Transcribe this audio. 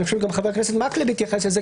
ואני חושב שגם חבר הכנסת מקלב התייחס לזה,